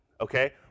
Okay